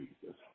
Jesus